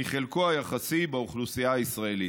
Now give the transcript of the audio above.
מחלקו היחסי באוכלוסייה הישראלית.